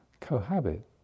Cohabit